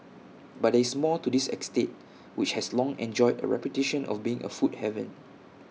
but there is more to this estate which has long enjoyed A reputation of being A food haven